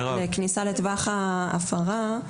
כניסה לטווח ההפרה,